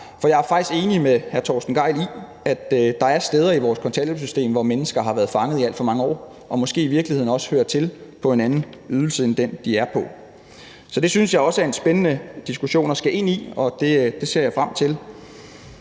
For jeg er faktisk enig med hr. Torsten Gejl i, at der er steder i vores kontanthjælpssystem, som mennesker har været fanget i i alt for mange år, og måske i virkeligheden også hører til på en anden ydelse end den, de er på. Det synes jeg også er en spændende diskussion at skulle ind i, og det ser jeg frem til.